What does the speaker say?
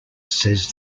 says